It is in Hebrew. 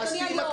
אדוני היו"ר.